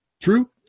True